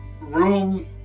room